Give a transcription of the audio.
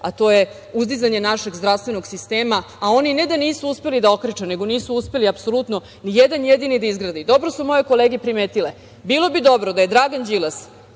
a to je uzdizanje našeg zdravstvenog sistema, a oni ne da nisu uspeli da okreče, nego nisu uspeli apsolutno ni jedan jedini da izgrade. Dobro su moje kolege primetile, bilo bi dobro da je Dragan Đilas